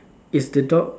is the dog